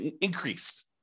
increased